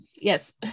yes